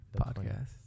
podcast